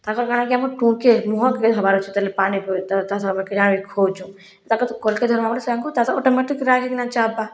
ତାକର କାଣା କି ଆମେ ଟୁଲ୍କେ ମୁହଁ ଧୋଇ ହବାର୍ ଅଛେ ତାହେଲେ ପାଣି କିଣା ହେଇକି ଖୋଉଛୁଁ ତାହାକେ ତ କଲ୍କେ ଧର୍ମାଁ ବୋଲେ ସେ ଆମକୁ ତା ସହ ଅଟୋମେଟିକ୍ ରାଗିକିନା ଚାପ୍ବା